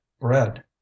bread